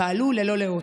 פעלו ללא לאות,